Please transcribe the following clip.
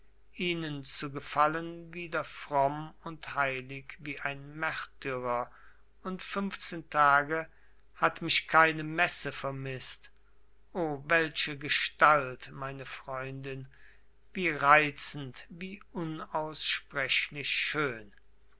ihnen zu gefallen wieder fromm und heilig wie ein märtyrer und fünfzehn tage hat mich keine messe vermißt o welche gestalt meine freundin wie reizend wie unaussprechlich schön